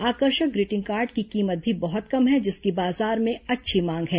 आकर्षक greeting card की कीमत भी बहुत कम है जिसकी बाजार में अच्छी मांग है